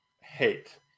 hate